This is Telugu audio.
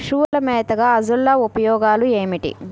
పశువుల మేతగా అజొల్ల ఉపయోగాలు ఏమిటి?